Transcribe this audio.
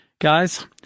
guys